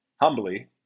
humbly